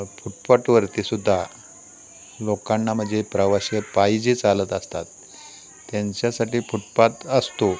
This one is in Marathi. फुटपाटवरती सुद्धा लोकांना म्हणजे प्रवाशी आहेत पायी जे चालत असतात त्यांच्यासाठी फुटपात असतो